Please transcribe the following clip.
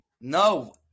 No